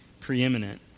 preeminent